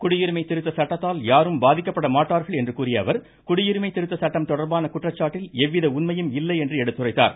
குடியுரிமை திருத்த சட்டத்தால் யாரும் பாதிக்கப்பட மாட்டார்கள் என்று கூறிய குடியுரிமை திருத்த சட்டம் தொடா்பான குற்றச்சாட்டில் எவ்வித அவர் உண்மையும் இல்லை என எடுத்துரைத்தார்